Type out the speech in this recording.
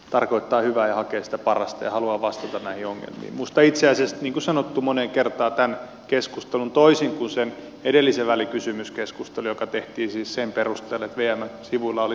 tarkoittaa hyvää ja yhtä varmasti halua vastata jo musta itseäsi niin sanottu moneen kertaan tämän keskustelun toisin kuin sen edellisen välikysymyskeskustelun joka tehtiin siis sen perustan viemän sivulla oli